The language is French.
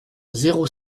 zéro